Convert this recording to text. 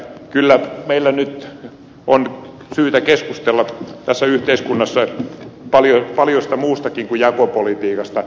kyllä meillä nyt on syytä keskustella tässä yhteiskunnassa paljosta muustakin kuin jakopolitiikasta